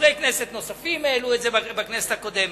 חברי כנסת נוספים העלו את זה בכנסת הקודמת,